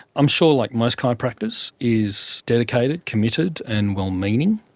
i'm sure, like most chiropractors, is dedicated, committed, and well meaning.